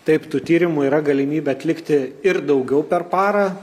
taip tų tyrimų yra galimybė atlikti ir daugiau per parą